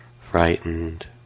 frightened